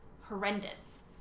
horrendous